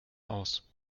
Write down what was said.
aus